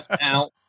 Out